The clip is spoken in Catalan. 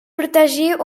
protegir